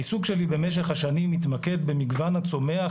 העיסוק שלי במשך השנים התמקד במגוון הצומח,